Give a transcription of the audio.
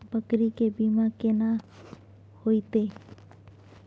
बकरी के बीमा केना होइते?